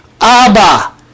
Abba